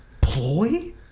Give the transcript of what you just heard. ploy